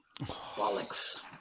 bollocks